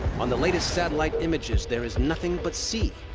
on the latest satellite images, there is nothing but sea.